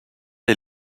est